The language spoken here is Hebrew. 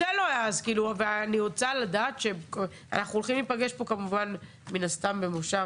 כמובן שאנחנו הולכים להיפגש פה מן הסתם במושב